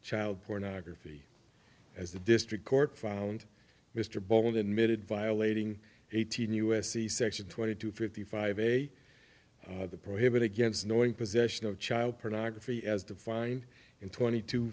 child pornography as the district court found mr bolton admitted violating eighteen u s c section twenty two fifty five a and the prohibit against knowing possession of child pornography as defined in twenty two